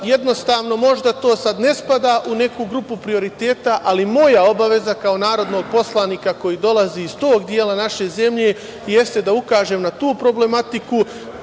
Jednostavno, možda to sad ne spada u neku grupu prioriteta, ali moja obaveza kao narodnog poslanika koji dolazi iz tog dela naše zemlje jeste da ukažem na tu problematiku.